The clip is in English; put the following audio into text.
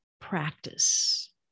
practice